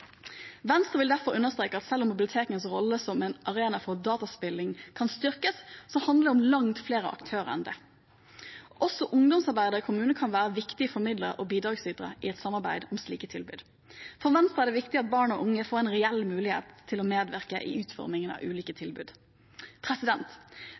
Venstre vil derfor understreke at selv om bibliotekenes rolle som en arena for dataspilling kan styrkes, handler det om langt flere aktører enn det. Også ungdomsarbeidere i kommuner kan være viktige formidlere og bidragsytere i et samarbeid om slike tilbud. For Venstre er det viktig at barn og unge får en reell mulighet til å medvirke i utformingen av ulike